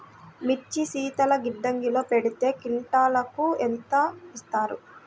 మిర్చి శీతల గిడ్డంగిలో పెడితే క్వింటాలుకు ఎంత ఇస్తారు?